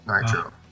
Nitro